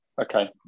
Okay